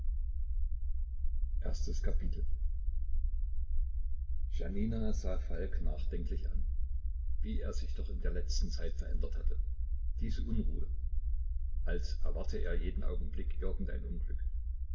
janina sah falk nachdenklich an wie er sich doch in der letzten zeit verändert hatte diese unruhe als erwarte er jeden augenblick irgend ein unglück